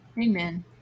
Amen